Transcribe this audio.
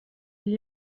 est